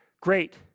great